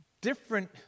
different